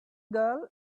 girl